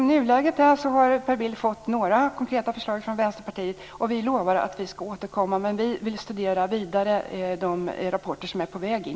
I nuläget har Per Bill fått några konkreta förslag från Vänsterpartiet, och vi lovar att återkomma. Men vi vill också studera vidare de rapporter som är på väg in.